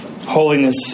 Holiness